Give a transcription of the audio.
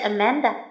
Amanda